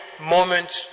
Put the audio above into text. moment